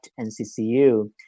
NCCU